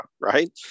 right